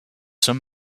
some